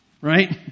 right